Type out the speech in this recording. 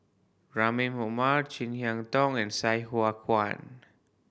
Rahim Omar Chin Harn Tong and Sai Hua Kuan